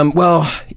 um well,